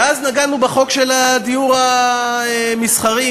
ואז נגענו בחוק של הנדל"ן המסחרי,